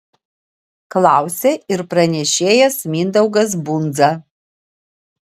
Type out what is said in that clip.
klausė ir pranešėjas mindaugas bundza